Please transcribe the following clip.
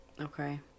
Okay